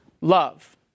love